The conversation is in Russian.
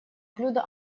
блюда